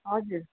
हजुर